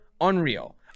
Unreal